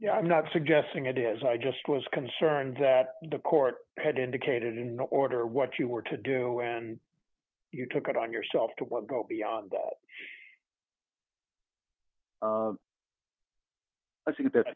know i'm not suggesting it is i just was concerned that the court had indicated in order what you were to do and you took it on yourself to what go beyond that i think that